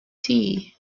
tea